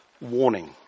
warning